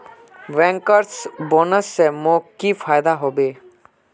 bankers bonus स मोक की फयदा हबे